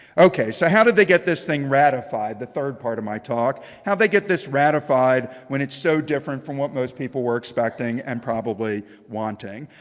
okay. so how did they get this thing ratified? the third part of my talk. how'd they get this ratified when it's so different from what most people were expecting and probably wanting?